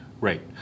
Right